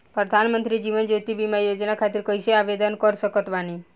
प्रधानमंत्री जीवन ज्योति बीमा योजना खातिर कैसे आवेदन कर सकत बानी?